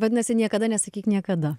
vadinasi niekada nesakyk niekada